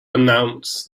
announce